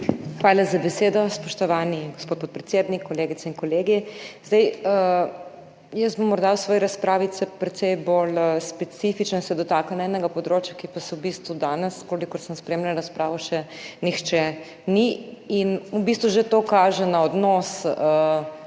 Hvala za besedo, spoštovani gospod podpredsednik. Kolegice in kolegi! Jaz bom morda v svoji razpravi precej bolj specifična in se bom dotaknila enega področja, ki pa se ga v bistvu danes, kolikor sem spremljala razpravo, ni še nihče in v bistvu že to kaže na odnos politike